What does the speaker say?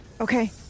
Okay